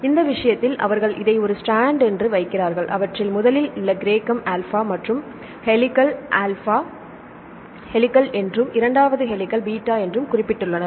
எனவே இந்த விஷயத்தில் அவர்கள் இதை ஒரு ஸ்ட்ராண்ட் வைக்கிறார்கள அவற்றில் முதல் எழுத்து கிரேக்கம் ஆல்பா என்றும் ஹெலிக்ஸ் ஆல்பா ஹெலிக்ஸ் என்றும் இரண்டாவது எழுத்துக்கள் பீட்டா என்றும் குறிப்பிட்டுள்ளனர்